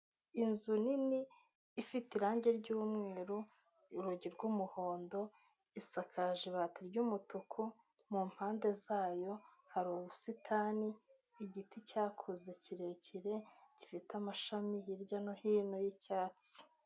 Inzu nini ifite irangi ry'umweru urugi rw'umuhondo, isakaje ibati ry'umutuku, mu mpande zayo hari ubusitani, igiti cyakuze kirekire, gifite amashami hirya no hino y'icyatsi.